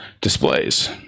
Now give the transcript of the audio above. displays